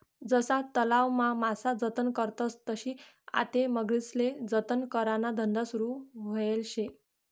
जशा तलावमा मासा जतन करतस तशी आते मगरीस्ले जतन कराना धंदा सुरू व्हयेल शे